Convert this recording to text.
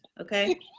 Okay